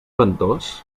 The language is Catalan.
ventós